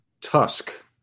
Tusk